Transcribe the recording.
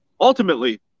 Ultimately